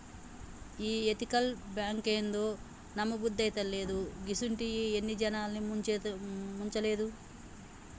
ఈ ఎతికల్ బాంకేందో, నమ్మబుద్దైతలేదు, గిసుంటియి ఎన్ని జనాల్ని ముంచలేదు